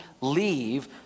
leave